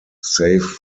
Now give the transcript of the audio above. safe